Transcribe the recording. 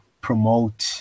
promote